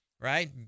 right